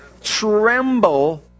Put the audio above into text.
tremble